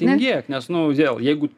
tingėk nes nu vėl jeigu